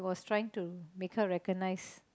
trying to make her recognise